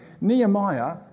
Nehemiah